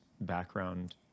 background